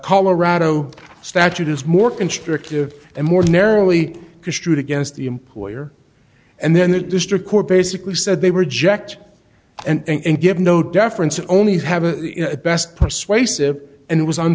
colorado statute is more constrictive and more narrowly construed against the employer and then the district court basically said they reject and give no deference only have a best persuasive and it was